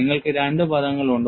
നിങ്ങൾക്ക് രണ്ട് പദങ്ങളുണ്ട്